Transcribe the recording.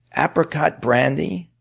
apricot brandy?